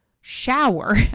shower